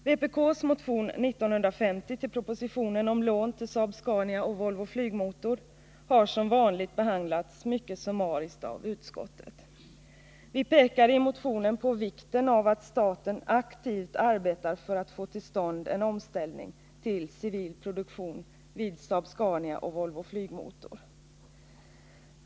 Vpk:s motion 1950 till propositionen om lån till Saab-Scania och Volvo Flygmotor har som vanligt behandlats mycket summariskt av utskottet. Vi pekar i motionen på vikten av att staten arbetar aktivt för att få till stånd en omställning till civil produktion vid Saab-Scania och Volvo Flygmotor.